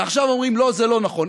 ועכשיו אומרים: לא, זה לא נכון.